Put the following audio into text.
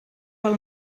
pel